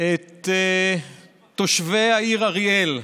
את תושבי העיר אריאל.